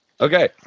Okay